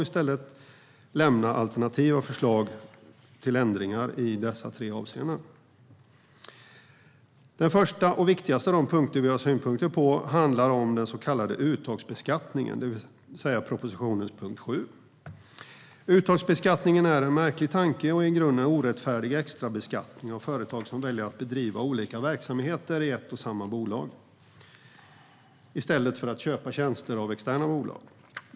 I stället lämnar vi alternativa förslag till ändringar i dessa tre avseenden. Den första och viktigaste av de punkter vi har synpunkter på handlar om den så kallade uttagsbeskattningen, det vill säga propositionens punkt 7. Uttagsbeskattningen är en märklig tanke och i grunden en orättfärdig extrabeskattning av företag som väljer att bedriva olika verksamheter i ett och samma bolag i stället för att köpa tjänster av externa bolag.